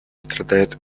страдает